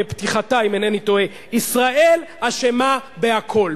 בפתיחתה אם אינני טועה: ישראל אשמה בכול.